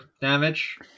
damage